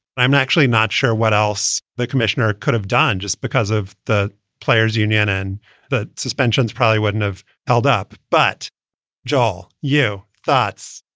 i'm actually not sure what else the commissioner could have done just because of the players union and the suspensions probably wouldn't have held up but joel, you thoughts?